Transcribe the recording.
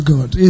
God